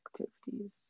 activities